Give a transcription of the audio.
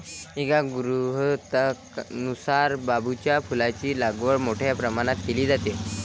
एका गृहीतकानुसार बांबूच्या फुलांची लागवड मोठ्या प्रमाणावर केली जाते